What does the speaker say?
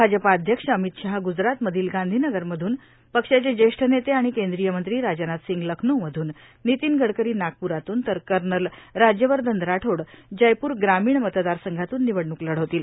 भाजपा अध्यक्ष अमित शहा गुजरातमधील गांधीनगरमधून पक्षाचे ज्येष्ठ नेते आणि केंद्रीय मंत्री राजनाथ सिंग लखनौमधून नितीन गडकरी नागपूरातून तर कर्नल राज्यवर्धन राठोड जयपूर ग्रामीण मतदार संघातून निवडणूक लढवतील